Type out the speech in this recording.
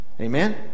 Amen